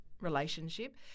relationship